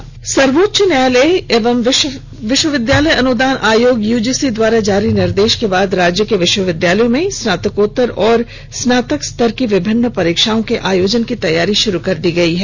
परीक्षा तैयारी सर्वोच्च न्यायालय एवं विश्वविद्यालय अनुदान आयोग यूजीसी े द्वारा जारी निर्देश के बाद राज्य के विश्वविद्यालयों में स्नातकोत्तर एवं स्नातक स्तर की विभिन्न परीक्षाओं के आयोजन की तैयारी शुरू कर दी गई है